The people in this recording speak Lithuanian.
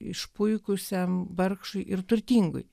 išpuikusiam vargšui ir turtingai